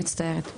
אני מצטערת.